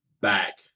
back